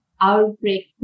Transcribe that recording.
outbreak